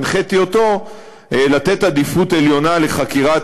והנחיתי אותו לתת עדיפות עליונה לחקירת